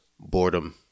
boredom